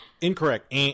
Incorrect